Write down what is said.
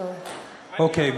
אוקיי,